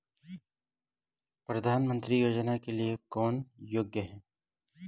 प्रधानमंत्री योजना के लिए कौन योग्य है?